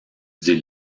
dis